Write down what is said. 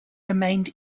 remained